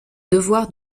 devoirs